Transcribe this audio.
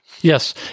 Yes